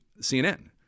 CNN